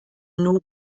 nur